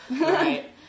Right